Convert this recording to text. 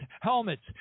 helmets